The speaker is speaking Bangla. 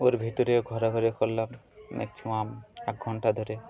ওর ভিতরে ঘোরা ঘুরি করলাম ম্যাক্সিমাম এক ঘন্টা ধরে